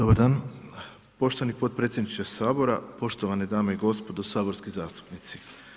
Dobar dan, poštovani potpredsjedniče Sabora, poštovane dame i gospodo saborski zastupnici.